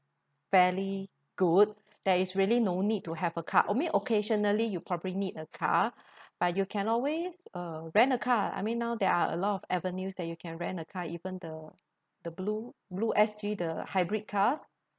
fairly good there is really no need to have a car only occasionally you probably need a car but you can always uh rent a car I mean now there are a lot of avenues that you can rent a car even though the blue blue S_G the hybrid cars